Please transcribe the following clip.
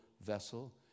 vessel